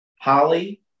Holly